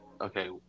Okay